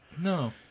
No